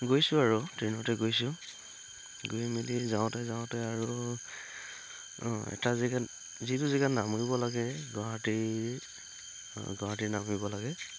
গৈছোঁ আৰু ট্ৰেইনতে গৈছোঁ গৈ মেলি যাওঁতে যাওঁতে আৰু অঁ এটা জেগাত যিটো জেগাত নামিব লাগে গুৱাহাটীৰ গুৱাহাটীৰ নামিব লাগে